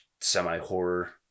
semi-horror